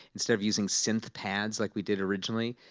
instead of using synth pads like we did originally,